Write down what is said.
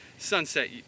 Sunset